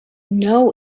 know